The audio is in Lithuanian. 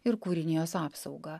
ir kūrinijos apsaugą